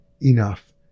enough